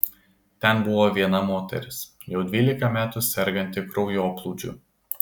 ten buvo viena moteris jau dvylika metų serganti kraujoplūdžiu